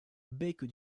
bec